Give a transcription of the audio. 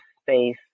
space